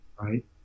right